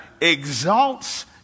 exalts